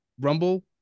Rumble